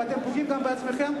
ואתם פוגעים גם בעצמכם,